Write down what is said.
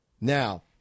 Now